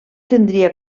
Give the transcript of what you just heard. tindria